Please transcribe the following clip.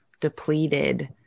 depleted